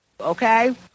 Okay